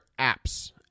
apps